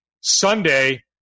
Sunday